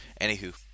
Anywho